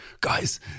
guys